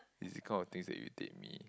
it is this kind of things that irritate me